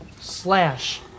slash